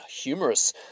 humorous